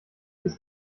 des